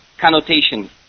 connotation